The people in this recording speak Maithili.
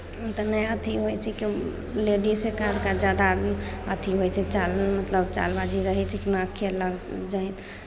तनि अथि होइ छिकै लेडीजके कार्यके जादा अथि होइ छै चाल मतलब चालबाजी रहै छै कि अपना खेललक जहीँ